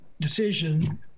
decision